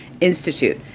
Institute